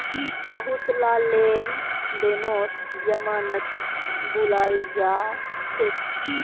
बहुतला लेन देनत जमानतीक बुलाल जा छेक